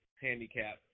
handicap